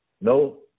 no